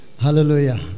Hallelujah